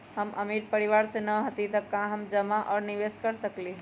हम अमीर परिवार से न हती त का हम जमा और निवेस कर सकली ह?